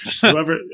whoever